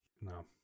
No